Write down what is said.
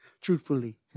Truthfully